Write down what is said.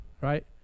right